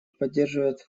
поддерживает